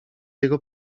jego